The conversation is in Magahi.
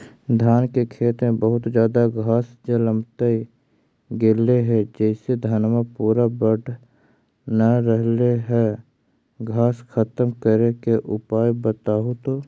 धान के खेत में बहुत ज्यादा घास जलमतइ गेले हे जेसे धनबा पुरा बढ़ न रहले हे घास खत्म करें के उपाय बताहु तो?